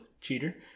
cheater